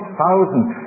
thousands